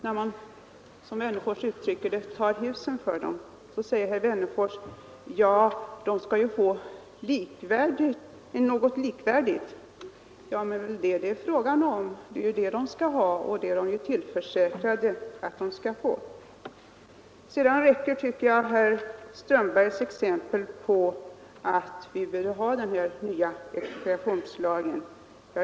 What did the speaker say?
När man, som herr Wennerfors uttrycker det, tar husen ifrån dem så säger herr Wennerfors: De skall ha rätt att få något likvärdigt i stället. Men det är ju det det är fråga om. Det är de ju tillförsäkrade. Herr Strömbergs exempel tycker jag räcker som belägg för att vi behöver den här nya expropriationslagen.